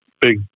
big